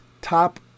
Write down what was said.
top